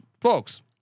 folks